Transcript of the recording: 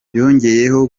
yongeye